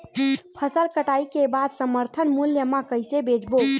फसल कटाई के बाद समर्थन मूल्य मा कइसे बेचबो?